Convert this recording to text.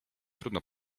trudno